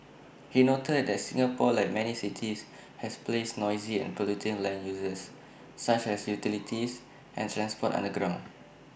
he noted that Singapore like many cities has placed noisy and polluting land uses such as utilities and transport underground